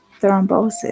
thrombosis